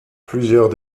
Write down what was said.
plusieurs